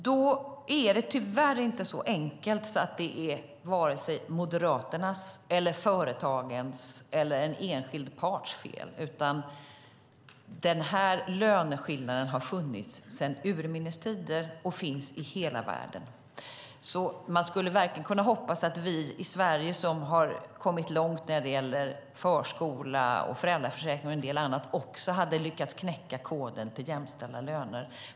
Tyvärr är det inte så enkelt som att det skulle vara vare sig Moderaternas, företagens eller en enskild parts fel, utan den här löneskillnaden har funnits sedan urminnes tider och finns i hela världen. Man skulle verkligen ha kunnat hoppas att vi i Sverige, som har kommit långt när det gäller förskola, föräldraförsäkring och en del annat, också hade lyckats knäcka koden till jämställda löner.